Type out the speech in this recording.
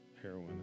heroin